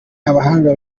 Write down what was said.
abahanga